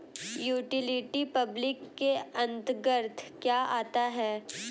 Utility public के अंतर्गत क्या आता है?